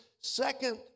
second